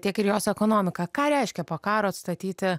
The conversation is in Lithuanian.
tiek ir jos ekonomiką ką reiškia po karo atstatyti